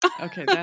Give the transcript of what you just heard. Okay